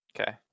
Okay